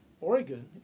Oregon